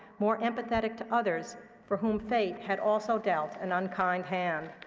more empathetic to others for whom fate had also dealt an unkind hand.